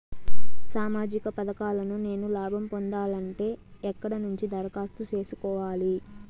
సామాజిక పథకాలను నేను లాభం పొందాలంటే ఎక్కడ నుంచి దరఖాస్తు సేసుకోవాలి?